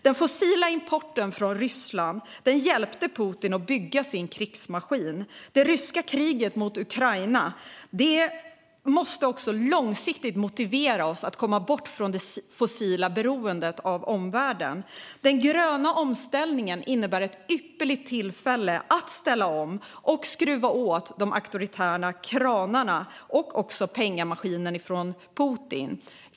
Den fossila importen från Ryssland hjälpte Putin att bygga sin krigsmaskin. Det ryska kriget mot Ukraina måste också långsiktigt motivera oss att komma bort från det fossila beroendet av omvärlden. Den gröna omställningen innebär ett ypperligt tillfälle att ställa om och skruva åt de auktoritära kranarna och pengamaskinen för Putin.